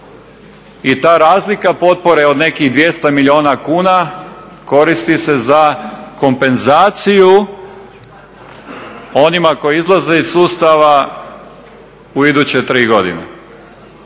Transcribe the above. I ta razlika potpore od nekih 200 milijuna kuna koristi se za kompenzaciju onima koji izlaze iz sustava u iduće tri godine.